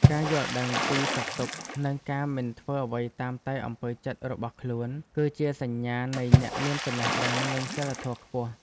ការយល់ដឹងពីសុខទុក្ខនិងការមិនធ្វើអ្វីតាមតែអំពើចិត្តរបស់ខ្លួន គឺជាសញ្ញាណនៃអ្នកមានចំណេះដឹងនិងសីលធម៌ខ្ពស់។